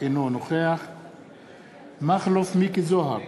אינו נוכח מכלוף מיקי זוהר,